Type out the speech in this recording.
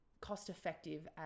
cost-effective